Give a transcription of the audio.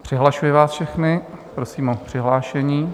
Přihlašuji vás všechny, prosím o přihlášení.